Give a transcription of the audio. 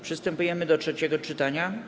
Przystępujemy do trzeciego czytania.